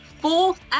fourth